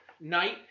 night